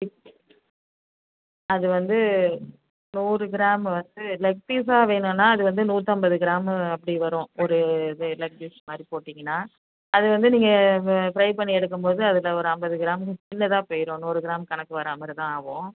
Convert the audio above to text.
அது வந்து நூறு கிராம் வந்து லெக் ஃபீஸாக வேணுன்னா அது வந்து நூற்றம்பது கிராம் அப்படி வரும் ஒரு இது லெக் ஃபீஸ்மாதிரி போட்டிங்கன்னா அது வந்து நீங்கள் ஃப்ரை பண்ணி எடுக்கும்போது அதில் ஒரு ஐம்பது கிராம் கீழேதான் போயிரும் நூறு கிராம் கணக்கு வர்ற மாதிரிதான் ஆவும்